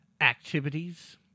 activities